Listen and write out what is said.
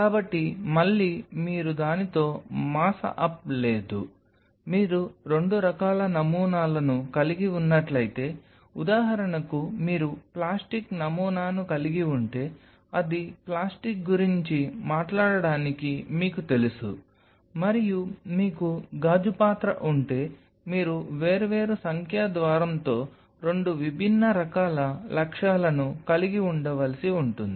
కాబట్టి మళ్ళీ మీరు దానితో మాస్ అప్ లేదు మీరు రెండు రకాల నమూనాలను కలిగి ఉన్నట్లయితే ఉదాహరణకు మీరు ప్లాస్టిక్ నమూనాను కలిగి ఉంటే అది ప్లాస్టిక్ గురించి మాట్లాడటానికి మీకు తెలుసు మరియు మీకు గాజు పాత్ర ఉంటే మీరు వేర్వేరు సంఖ్యా ద్వారంతో రెండు విభిన్న రకాల లక్ష్యాలను కలిగి ఉండవలసి ఉంటుంది